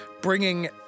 bringing